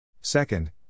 Second